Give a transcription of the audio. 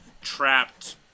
trapped